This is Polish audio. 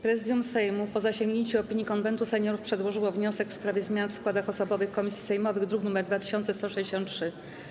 Prezydium Sejmu, po zasięgnięciu opinii Konwentu Seniorów, przedłożyło wniosek w sprawie zmian w składach osobowych komisji sejmowych, druk nr 2163.